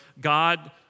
God